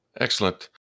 excellent